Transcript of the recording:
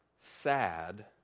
sad